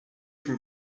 from